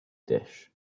dish